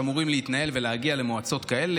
שאמורים להתנהל ולהגיע למועצות כאלה,